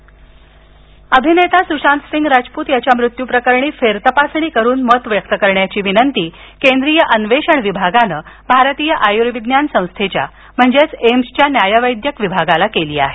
सुशांत अभिनेता सुशांतसिंग राजपूत याच्या मृत्यू प्रकरणी फेरतपासणी करून मत व्यक्त करण्याची विनंती केंद्रीय अन्वेषण विभागानं भारतीय आयुर्विज्ञान संस्थेच्या म्हणजेच एम्सच्या न्यायवैद्यक विभागाला केली आहे